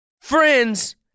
friends